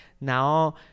now